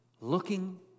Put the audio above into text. looking